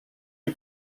nii